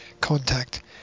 contact